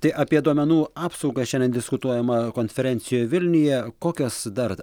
tai apie duomenų apsaugą šiandien diskutuojama konferencijoje vilniuje kokios dar